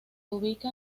ubica